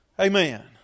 Amen